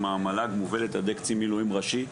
המל"ג מובלת על ידי קצין מילואים ראשי.